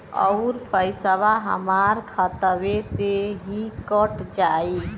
अउर पइसवा हमरा खतवे से ही कट जाई?